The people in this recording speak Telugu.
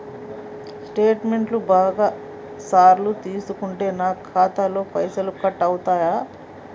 స్టేట్మెంటు బాగా సార్లు తీసుకుంటే నాకు ఖాతాలో పైసలు కట్ అవుతయా?